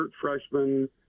freshman